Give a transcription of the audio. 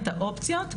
את האופציות,